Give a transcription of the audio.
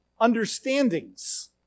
understandings